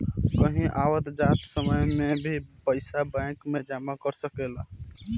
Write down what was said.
कहीं आवत जात समय में भी पइसा बैंक में जमा कर सकेलऽ